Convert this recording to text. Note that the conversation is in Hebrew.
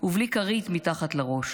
ובלי כרית מתחת לראש.